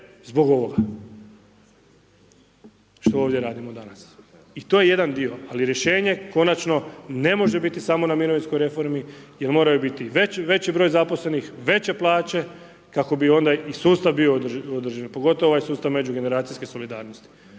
zbog ovoga što ovdje radimo danas. I to je jedan dio, ali rješenje konačno ne može biti samo na mirovinskoj reformi jer moraju biti veći, veći broj zaposlenih, veće plaće kako bi onda i sustav bio održiv. Pogotovo ovaj sustav međugeneracijske solidarnosti